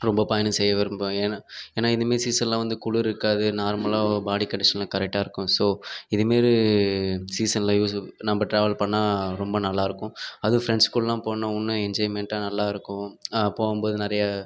ரொம்ப பயணம் செய்ய விரும்புவேன் ஏன்னால் இந்தமாதிரி சீசனில் எல்லாம் குளிர் இருக்காது நார்மலாக பாடி கண்டிஷன்லாம் கரெக்டாக இருக்கும் ஸோ இதுமாரி சீசன்லையும் நம்ப ட்ராவல் பண்ணிணா ரொம்ப நல்லா இருக்கும் அதுவும் ஃப்ரெண்ட்ஸ் கூடெலாம் போனோனால் இன்னும் நல்ல என்ஜாய்மென்ட்டாக நல்லா இருக்கும் போகும் போது நிறைய